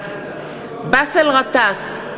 בעד באסל גטאס,